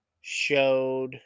showed